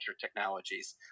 technologies